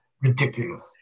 ridiculous